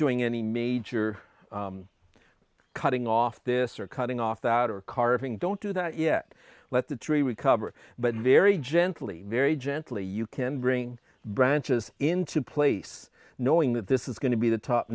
doing any major cutting off this or cutting off the outer carving don't do that yet let the tree recover but very gently very gently you can bring branches into place knowing that this is going to be the top